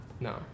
No